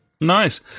Nice